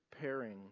pairing